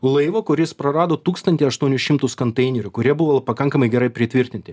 laivo kuris prarado tūkstantį aštuonis šimtus kanteinerių kurie buvo pakankamai gerai pritvirtinti